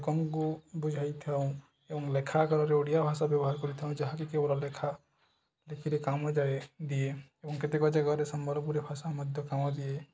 ଲୋକଙ୍କୁ ବୁଝାଇଥାଉ ଏବଂ ଲେଖା ଆକାରରେ ଓଡ଼ିଆ ଭାଷା ବ୍ୟବହାର କରିଥାଉ ଯାହାକି କେବଳ ଲେଖା ଲେଖିଲେ କାମ ଯାଏ ଦିଏ ଏବଂ କେତେକ ଜାଗାରେ ସମ୍ବଲପୁରୀ ଭାଷା ମଧ୍ୟ କାମ ଦିଏ